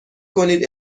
کنید